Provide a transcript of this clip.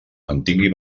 mantingui